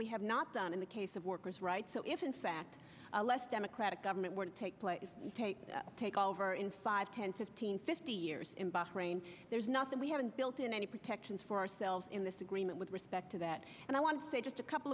we have not done in the case of workers rights so if in fact a less democratic government were to take place take over in five ten fifteen fifty years in bahrain there's nothing we haven't built any protections for ourselves in this agreement with respect to that and i want to say just a couple